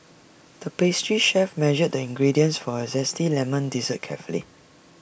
the pastry chef measured the ingredients for A Zesty Lemon Dessert carefully